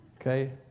Okay